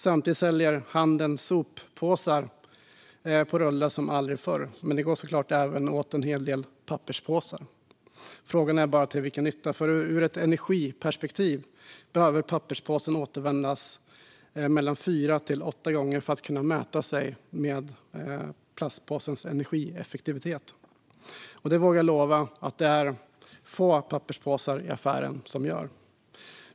Samtidigt säljer handeln soppåsar på rulle som aldrig förr. Men det går såklart även åt en hel del papperspåsar. Frågan är bara till vilken nytta. Ur ett energiperspektiv behöver papperspåsen återanvändas fyra till åtta gånger för att kunna mäta sig med plastpåsens energieffektivitet. Och det vågar jag lova att det är få papperspåsar i affären som gör.